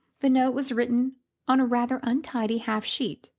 the note was written on a rather untidy half-sheet,